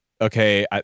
okay